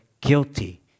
guilty